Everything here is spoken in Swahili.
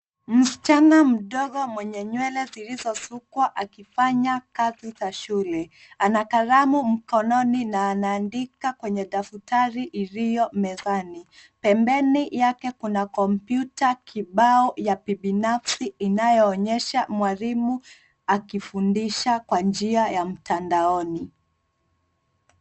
Msichana mdogo mwenye nywele zilizosukwa akifanya kazi za shule. Ana kalamu mkononi na anaandika kwenye daftari iliyo mezani. Pembeni yake kuna kompyuta kibao ya kibinafsi inayoonyesha mwalimu akifundisha kwa njia ya mtandaoni.